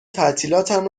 تعطیلاتم